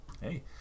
hey